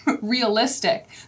realistic